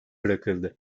bırakıldı